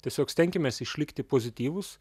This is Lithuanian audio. tiesiog stenkimės išlikti pozityvūs